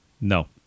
No